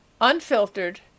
unfiltered